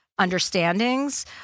understandings